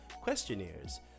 questionnaires